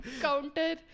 Counter